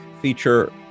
feature